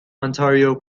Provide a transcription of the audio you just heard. ontario